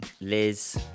Liz